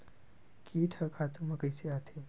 कीट ह खातु म कइसे आथे?